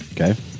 Okay